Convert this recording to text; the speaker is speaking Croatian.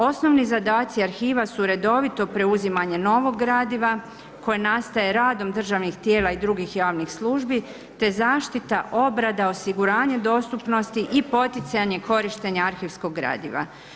Osnovni zadaci arhiva su redovito preuzimanje novog gradiva koje nastaje radom državnih tijela i drugih javnih službi te zaštita, obrada, osiguranje dostupnosti i poticanje korištenja arhivskog gradiva.